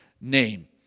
name